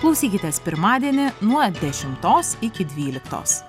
klausykitės pirmadienį nuo dešimtos iki dvyliktos